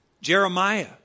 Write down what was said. Jeremiah